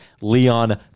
Leon